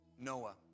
Noah